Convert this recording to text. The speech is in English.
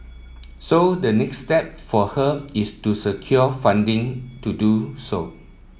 so the next step for her is to secure funding to do so